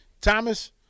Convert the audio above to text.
Thomas